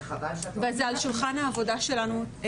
זה על שולחן העבודה שלנו.